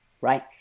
right